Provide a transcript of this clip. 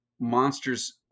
monsters